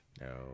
No